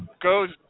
goes